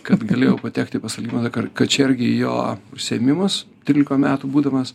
kad galėjau patekti pas algimantą kar kačergį į jo užsiėmimus trylika metų būdamas